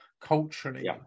culturally